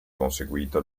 conseguito